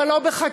אבל לא בחקיקה,